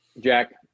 Jack